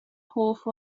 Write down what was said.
hoff